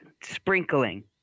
sprinkling